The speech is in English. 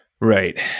Right